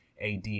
AD